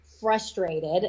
frustrated